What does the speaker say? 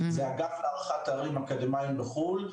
זה האגף להערכת תארים אקדמיים בחו"ל.